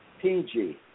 PG